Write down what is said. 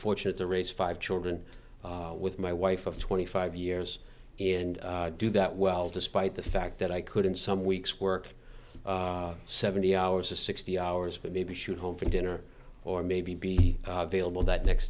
fortunate to raise five children with my wife of twenty five years and do that well despite the fact that i couldn't some weeks work seventy hours a sixty hours but maybe shoot home for dinner or maybe be available that next